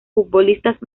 futbolistas